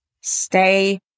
stay